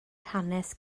hanes